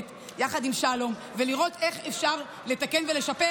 יחד עם שלום ולראות איך אפשר לתקן ולשפר,